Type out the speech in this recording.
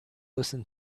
listen